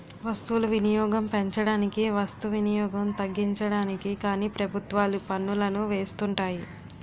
వస్తువులు వినియోగం పెంచడానికి వస్తు వినియోగం తగ్గించడానికి కానీ ప్రభుత్వాలు పన్నులను వేస్తుంటాయి